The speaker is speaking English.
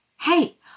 Hey